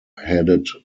headed